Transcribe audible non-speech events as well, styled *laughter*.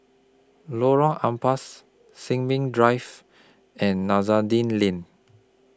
Lorong Ampas Sin Ming Drive and *unintelligible* Lane